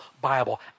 Bible